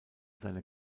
seine